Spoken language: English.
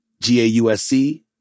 G-A-U-S-C